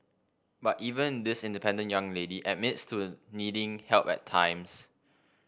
but even this independent young lady admits to needing help at times